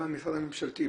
גם המשרד הממשלתי,